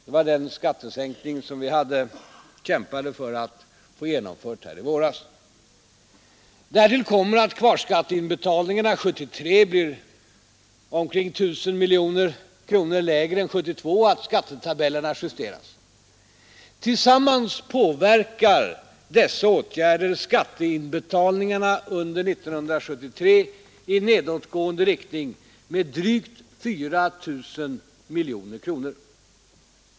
Det är den skattesänkning som vi kämpade för att få genomförd här i våras. Därtill kommer att kvarskatteinbetalningarna 1973 blir omkring I 000 miljoner kronor lägre än 1972 och att skattetabellerna justeras. Tillsammans påverkar dessa åtgärder skatteinbetalningarna under 1973 i nedåtgående riktning med drygt 4 000 miljoner kronor.